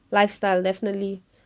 lifestyle definitely